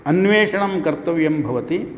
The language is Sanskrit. अन्वेषणं कर्तव्यं भवति